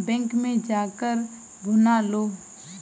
bank में जा कर भुना लो